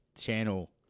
channel